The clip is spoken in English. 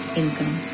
income